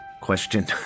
question